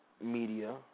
media